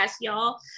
y'all